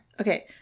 Okay